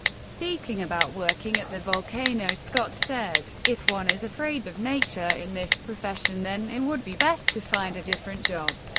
speaking about working at the volcano, scott said, if one is afraid of nature in this profession then it would be best to find a different job.